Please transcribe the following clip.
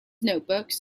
notebooks